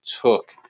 took